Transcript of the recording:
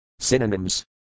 Synonyms